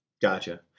Gotcha